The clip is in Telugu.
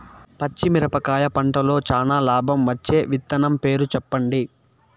పచ్చిమిరపకాయ పంటలో చానా లాభం వచ్చే విత్తనం పేరు చెప్పండి?